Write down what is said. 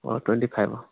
অ' twenty ফাইভৰ